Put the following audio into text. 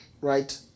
right